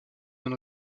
d’un